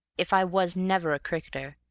if i was never a cricketer,